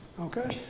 Okay